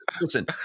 Listen